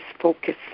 focus